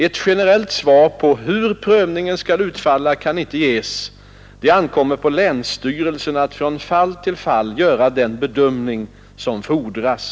Ett generellt svar på hur prövningen skall utfalla kan inte ges. Det ankommer på länsstyrelsen att från fall till fall göra den bedömning som fordras.